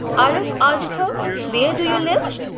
aarav asked her, where do you live?